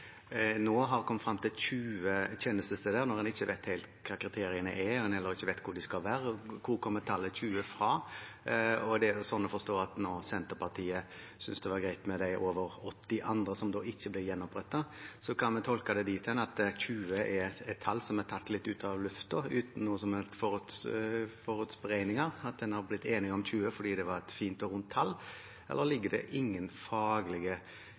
nå har kommet frem til 20 tjenestesteder, når en ikke vet helt hva kriteriene er, og en heller ikke vet hvor de skal være. Hvor kommer tallet 20 fra? Er det sånn å forstå at Senterpartiet syntes det var greit med de over 80 andre som da ikke ble gjenopprettet? Kan vi tolke det dit hen at 20 er et tall som er tatt litt ut av luften, uten noen som helst forutberegninger – at en er blitt enig om 20 fordi det var et fint og rundt tall? Ligger det